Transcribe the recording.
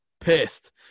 Pissed